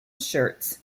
shirts